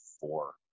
four